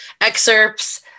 excerpts